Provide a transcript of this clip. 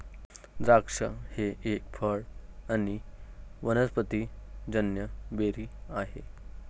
द्राक्ष एक फळ आणी वनस्पतिजन्य बेरी आहे